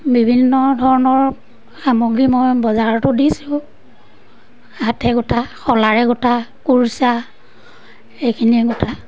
বিভিন্ন ধৰণৰ সামগ্ৰী মই বজাৰতো দিছোঁ হাতে গোঁঠা শলাৰে গোঁঠা কুৰছা এইখিনিয়ে গোঁঠা